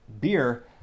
beer